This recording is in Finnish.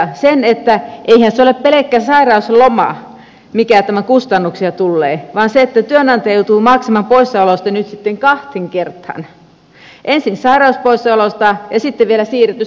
eihän se ole pelkkä sairausloma mistä tässä kustannuksia tulee vaan työnantaja joutuu maksamaan poissaolosta nyt sitten kahteen kertaan ensin sairauspoissaolosta ja sitten vielä siirretystä lomasta